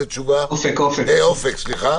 כי באמת בסכומים שהם קטנים זה נראה רע.